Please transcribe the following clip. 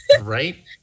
Right